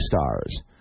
stars